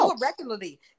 regularly